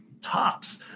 tops